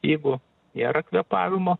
jeigu nėra kvėpavimo